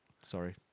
Sorry